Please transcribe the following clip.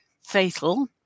fatal